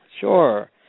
Sure